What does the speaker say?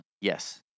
Yes